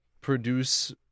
produce